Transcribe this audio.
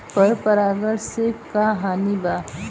पर परागण से का हानि बा?